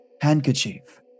handkerchief